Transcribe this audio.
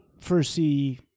foresee